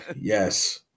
yes